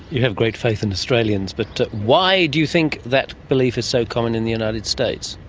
you have great faith in australians. but why do you think that belief is so common in the united states?